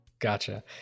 Gotcha